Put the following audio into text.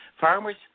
farmers